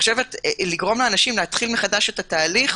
לגרום לאנשים להתחיל מחדש את התהליך